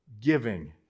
giving